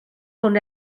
con